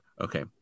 okay